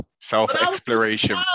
Self-exploration